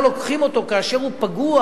לא לוקחים אותו כאשר הוא פגוע,